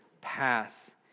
path